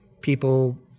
People